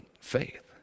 faith